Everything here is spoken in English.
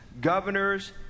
governors